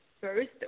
first